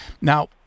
Now